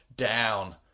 Down